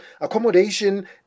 accommodation